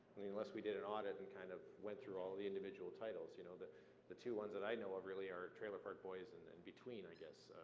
and unless we did an audit and kind of went through all of the individual titles. you know the the two ones that i know of really are trailer park boys and and between, i guess.